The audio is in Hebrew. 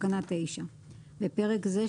9. בפרק זה,